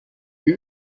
die